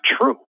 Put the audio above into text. true